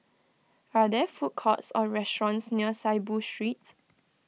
are there food courts or restaurants near Saiboo Street